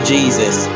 Jesus